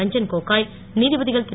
ரஞ்சன் கோகோய் நீதிபதிகள் திரு